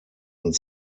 und